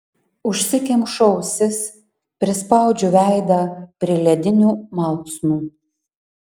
užsikemšu ausis prispaudžiu veidą prie ledinių malksnų